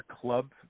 club